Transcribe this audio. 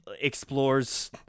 explores